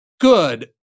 good